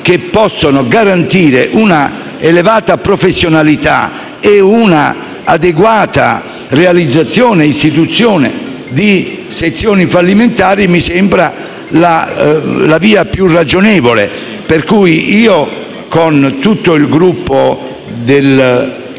che possano garantire una elevata professionalità e un'adeguata istituzione delle sezioni fallimentari mi sembra la via più ragionevole. Pertanto, con tutto il Gruppo